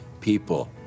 people